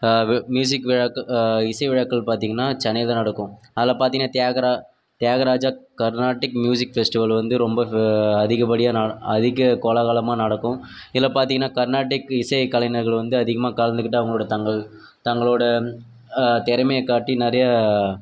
வ மியூசிக் விழாக்க இசை விழாக்கள் பார்த்தீங்கனா சென்னையில் நடக்கும் அதில் பார்த்தீங்கனா தியாகரா தியாகராஜர் கர்நாடிக் மியூசிக் ஃபெஸ்டிவல் வந்து ரொம்ப அதிகப்படியாக ந அதிக கோலாகலமாக நடக்கும் இதில் பார்த்தீங்கனா கர்நாட்டிக் இசை கலைனர்கள் வந்து அதிகமாக கலந்துக்கிட்டு அவங்களோடய தங்கள் தங்களோடய திறமைய காட்டி நிறையா